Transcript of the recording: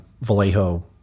Vallejo